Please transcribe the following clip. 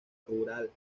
rural